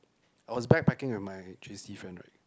I was backpacking with my J_C friend right